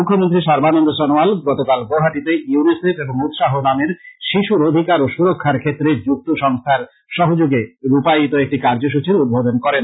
মুখ্যমন্ত্রী সর্বানন্দ সনোয়াল গতকাল গৌহাটিতে ইউনিসেফ এবং উৎসাহ নামের শিশুর অধিকার ও সুরক্ষার সঙ্গে যুক্ত সংস্থার সহযোগে রূপায়িত একটি কার্যসূচীর উদ্বোধন করেন